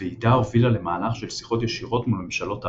הוועידה הובילה למהלך של שיחות ישירות מול ממשלות ערב,